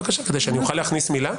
להכניס מילה.